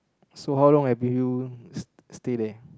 so how long have you s~ stay there